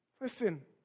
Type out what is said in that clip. Listen